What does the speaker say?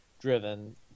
driven